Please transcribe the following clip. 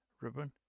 Ribbon